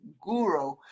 guru